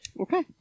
Okay